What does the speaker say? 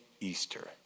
Easter